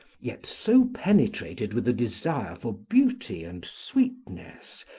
yet so penetrated with the desire for beauty and sweetness,